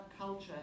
culture